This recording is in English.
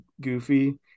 goofy